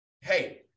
hey